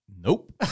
nope